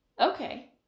Okay